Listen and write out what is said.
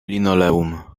linoleum